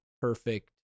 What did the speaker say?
perfect